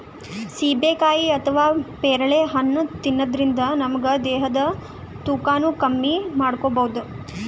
ಸೀಬೆಕಾಯಿ ಅಥವಾ ಪೇರಳೆ ಹಣ್ಣ್ ತಿನ್ನದ್ರಿನ್ದ ನಮ್ ದೇಹದ್ದ್ ತೂಕಾನು ಕಮ್ಮಿ ಮಾಡ್ಕೊಬಹುದ್